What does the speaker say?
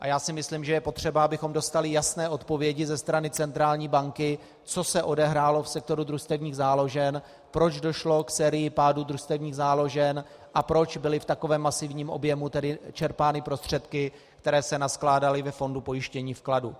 A já si myslím, že je potřeba, abychom dostali jasné odpovědi ze strany centrální banky, co se odehrálo v sektoru družstevních záložen, proč došlo k sérii pádů družstevních záložen a proč byly v takovém masivním objemu čerpány prostředky, které se naskládaly ve fondu pojištění vkladů.